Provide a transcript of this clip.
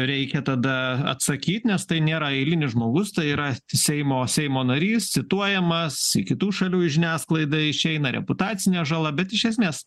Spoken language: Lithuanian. reikia tada atsakyt nes tai nėra eilinis žmogus tai yra seimo seimo narys cituojamas į kitų šalių žiniasklaidą išeina reputacinė žala bet iš esmės